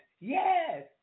yes